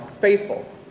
faithful